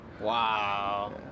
Wow